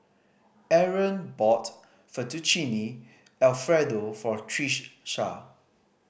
Arron bought Fettuccine Alfredo for